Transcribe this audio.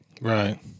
right